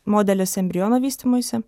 modelis embriono vystymuisi